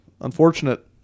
Unfortunate